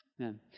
Amen